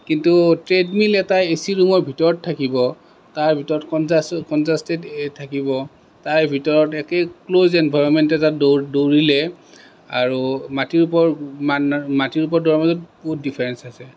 কিন্তু ট্ৰেডমিল এটা A C ৰুমৰ ভিতৰত থাকিব তাৰ ভিতৰত কনজাচটেড কনজাচটেড থাকিব তাৰ ভিতৰত একে ক্লজ এনভাইৰনমেণ্ট এটাত দৌৰিলে আৰু মাটিৰ ওপৰত দৌৰাৰ মাজত বহুত ডিফাৰেঞ্চ আছে